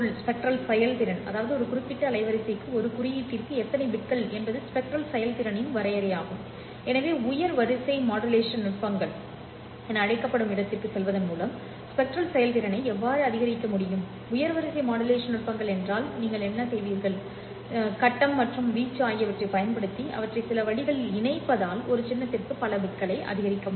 spectral செயல்திறன் அதாவது ஒரு குறிப்பிட்ட அலைவரிசைக்கு ஒரு குறியீட்டிற்கு எத்தனை பிட்கள் என்பது ஸ்பெக்ட்ரல் செயல்திறனின் வரையறையாகும் எனவே உயர் வரிசை மாடுலேஷன் நுட்பங்கள் என அழைக்கப்படும் இடத்திற்குச் செல்வதன் மூலம் ஸ்பெக்ட்ரல் செயல்திறனை எவ்வாறு அதிகரிக்க முடியும் உயர் வரிசை மாடுலேஷன் நுட்பங்கள் என்றால் நீங்கள் செய்வீர்கள் கட்டம் மற்றும் வீச்சு ஆகியவற்றைப் பயன்படுத்தி அவற்றை சில வழிகளில் இணைப்பதால் ஒரு சின்னத்திற்கு பல பிட்களை அதிகரிக்க வேண்டும்